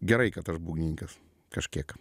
gerai kad aš būgnininkas kažkiek